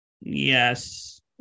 Yes